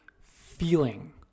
feeling